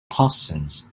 toxins